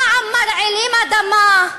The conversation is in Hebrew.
פעם מרעילים אדמה,